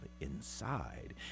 inside